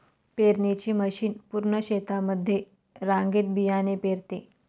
पेरणीची मशीन पूर्ण शेतामध्ये रांगेत बियाणे पेरते